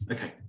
Okay